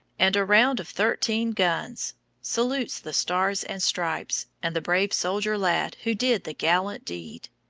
and a round of thirteen guns salutes the stars and stripes and the brave soldier lad who did the gallant deed.